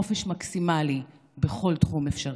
חופש מקסימלי בכל תחום אפשרי: